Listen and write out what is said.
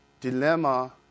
dilemma